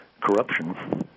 corruption